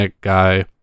guy